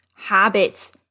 habits